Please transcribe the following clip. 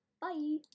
Bye